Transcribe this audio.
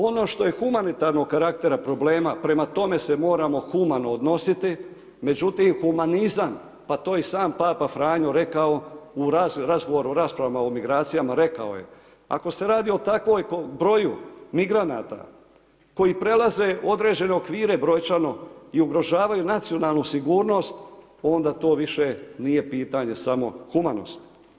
Ono što je humanitarnog karaktera, problema, prema tome se moramo humano odnositi, međutim, humanizam, pa to je i sam papa Franjo rekao, u razgovoru o raspravama o migracijama, rekao je, ako se radi o takvom broju migranata, koji prelaze, određene okvire, brojčano i ugrožavaju nacionalnu sigurnost, onda to više nije pitanje samo humanosti.